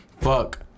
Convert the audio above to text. fuck